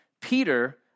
Peter